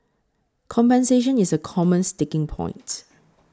compensation is a common sticking point